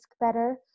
better